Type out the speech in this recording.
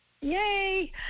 Yay